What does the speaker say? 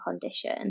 condition